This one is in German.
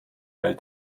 weil